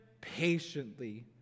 patiently